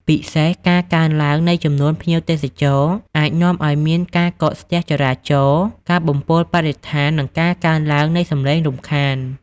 ពិសេស ការកើនឡើងនៃចំនួនភ្ញៀវទេសចរអាចនាំឱ្យមានការកកស្ទះចរាចរណ៍ ការបំពុលបរិស្ថាន និងការកើនឡើងនៃសំឡេងរំខាន។